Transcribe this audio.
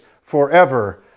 forever